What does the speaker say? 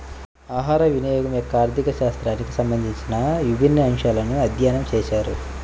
ఆహారవినియోగం యొక్క ఆర్థిక శాస్త్రానికి సంబంధించిన విభిన్న అంశాలను అధ్యయనం చేశారు